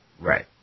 Right